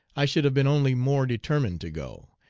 i should have been only more determined to go,